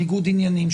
ניגוד עניינים,